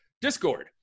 Discord